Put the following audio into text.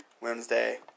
Wednesday